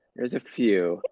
there's a few.